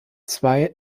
zwei